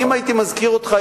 אם הייתי מזכיר אותך,